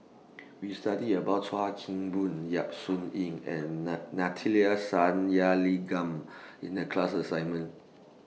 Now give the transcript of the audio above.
We studied about Chuan Keng Boon Yap Su Yin and Sathyalingam in The class assignment